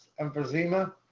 emphysema